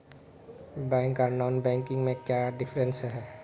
Bank आर non banking में क्याँ डिफरेंस है?